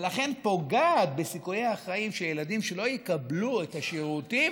ולכן היא פוגעת בסיכויי החיים של ילדים שלא יקבלו את השירותים